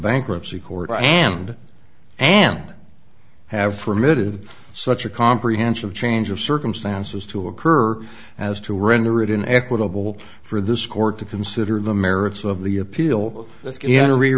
bankruptcy court and and have permitted such a comprehensive change of circumstances to occur as to render it in equitable for this court to consider the merits of the appeal